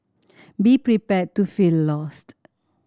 be prepared to feel lost